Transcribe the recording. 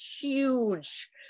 huge